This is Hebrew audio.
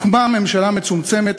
הוקמה ממשלה מצומצמת,